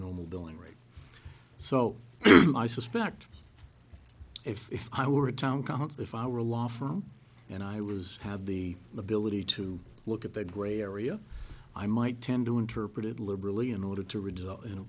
normal billing rate so i suspect if i were a town council if i were a law firm and i was have the ability to look at the gray area i might tend to interpret it liberally in order to result in